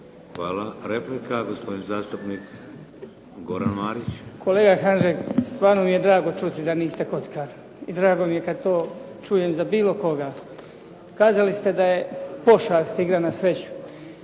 Hvala. Replika, gospodin zastupnik Goran Marić. **Marić, Goran (HDZ)** Kolega Hanžek, stvarno mi je drago čuti da niste kockar i drago mi je kad to čujem za bilo koga. Kazali ste da je pošast igra na sreću,